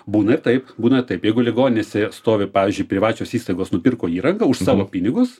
būna ir taip būna ir taip jeigu ligoninėse stovi pavyzdžiui privačios įstaigos nupirko įrangą už savo pinigus